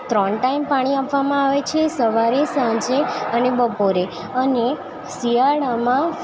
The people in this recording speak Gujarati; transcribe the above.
ત્રણ ટાઈમ પાણી આપવામાં આવે છે સવારે સાંજે અને બપોરે અને શિયાળામાં